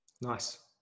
nice